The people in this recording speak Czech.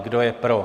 Kdo je pro?